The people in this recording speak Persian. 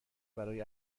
برای